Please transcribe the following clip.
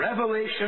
revelation